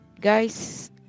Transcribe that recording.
Guys